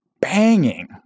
banging